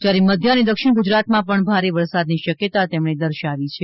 જ્યારે મધ્ય અને દક્ષિણ ગુજરાતમાં પણ ભારે વરસાદની શક્યતા તેમણે દર્શાવી છે